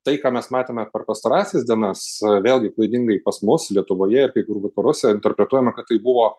tai ką mes matėme per pastarąsias dienas vėlgi klaidingai pas mus lietuvoje ir kai kur vakaruose interpretuojama kad tai buvo